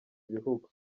ibihugu